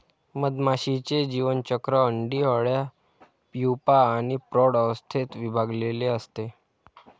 मधमाशीचे जीवनचक्र अंडी, अळ्या, प्यूपा आणि प्रौढ अवस्थेत विभागलेले असते